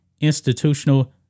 Institutional